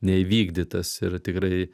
neįvykdytas ir tikrai